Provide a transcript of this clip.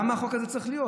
למה החוק הזה צריך להיות?